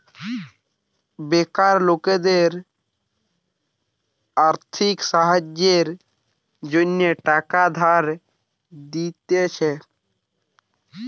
বেকার লোকদের আর্থিক সাহায্যের জন্য টাকা ধার দিতেছে